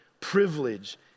privilege